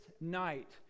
night